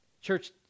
Church